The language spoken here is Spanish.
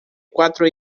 cuatro